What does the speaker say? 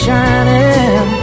Shining